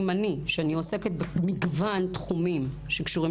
אם אני שעוסקת במגוון תחומים שקשורים